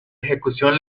ejecución